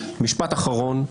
-- משפט אחרון.